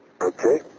Okay